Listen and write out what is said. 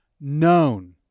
known